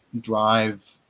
drive